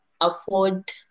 afford